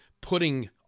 putting